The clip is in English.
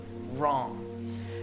wrong